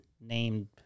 named